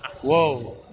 whoa